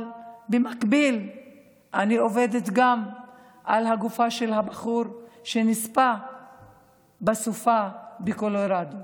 אבל במקביל אני עובדת גם על הגופה של הבחור שנספה בסופה בקולורדו.